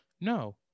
No